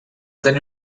tenir